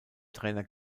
trainer